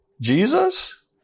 Jesus